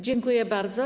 Dziękuję bardzo.